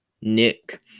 Nick